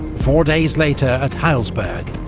four days later at heilsberg,